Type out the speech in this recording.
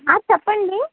చెప్పండి